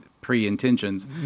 pre-intentions